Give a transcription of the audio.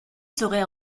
serait